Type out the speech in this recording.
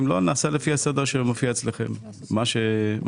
אם לא אז נעשה לפי הסדר שמופיע אצלכם, מה שתחליט.